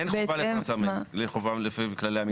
אין חובה לפרסם לפי כללי המינהל התקין.